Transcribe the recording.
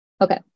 Okay